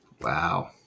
Wow